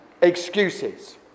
excuses